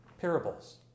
parables